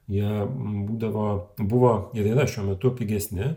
jie nu būdavo buvo ir yra šiuo metu pigesni